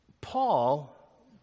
Paul